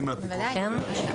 בוודאי.